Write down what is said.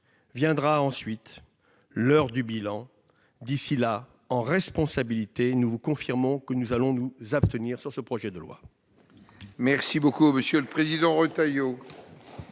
Viendra ensuite l'heure du bilan. D'ici là, en responsabilité, nous vous confirmons que nous allons nous abstenir sur ce projet de loi.